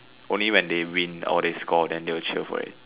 only when they win or they score then they will cheer for it